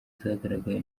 zagaragaye